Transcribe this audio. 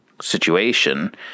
situation